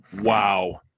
Wow